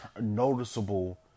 noticeable